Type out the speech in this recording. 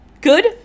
Good